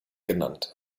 genannt